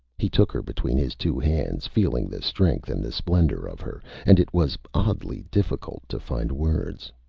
he took her between his two hands, feeling the strength and the splendor of her, and it was oddly difficult to find words.